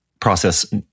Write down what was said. process